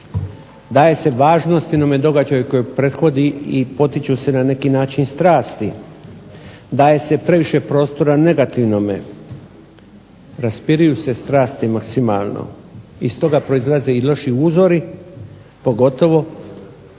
Daje se važnost jednome događaju koji prethodi i potiču se na neki način strasti. Daje se previše prostora negativnome, raspiruju se strasti maksimalno. Iz toga proizlaze i loši uzori, pogotovo kad